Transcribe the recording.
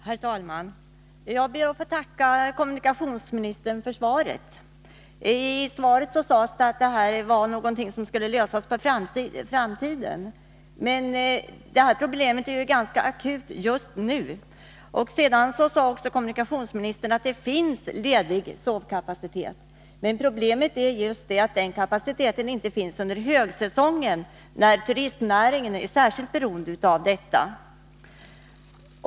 Herr talman! Jag ber att få tacka kommunikationsministern för svaret. I svaret sägs att det här är en fråga som skall lösas i framtiden. Men det här problemet är ganska akut just nu. Kommunikationsministern sade också att det finns ledig sovkapacitet. Men problemet är just att den kapaciteten inte finns under högsäsongen när turistnäringen är särskilt beroende därav.